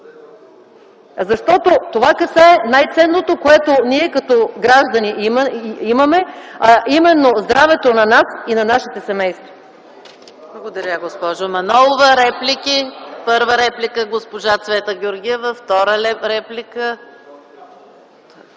Това касае най-ценното, което ние като граждани имаме, а именно здравето на нас и на нашите семейства.